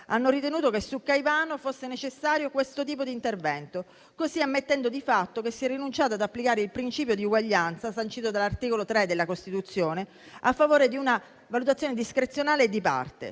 hanno ritenuto che su Caivano fosse necessario questo tipo di intervento, ammettendo di fatto così che si è rinunciato ad applicare il principio di uguaglianza, sancito dall'articolo 3 della Costituzione, a favore di una valutazione discrezionale e di parte.